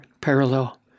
parallel